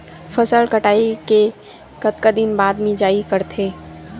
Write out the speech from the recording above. फसल कटाई के कतका दिन बाद मिजाई करथे?